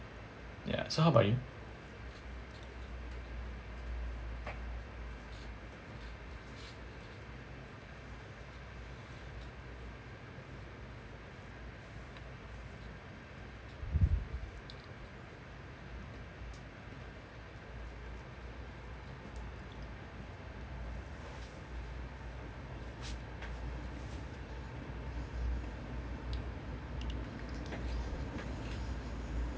ya so how about you